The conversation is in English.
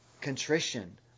contrition